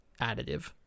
additive